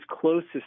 Closest